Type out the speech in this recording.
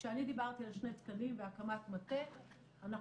כשאני דיברתי על שני תקנים והקמת מטה אנחנו